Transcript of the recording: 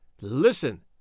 Listen